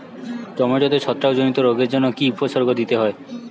টমেটোতে ছত্রাক জনিত রোগের জন্য কি উপসর্গ নিতে হয়?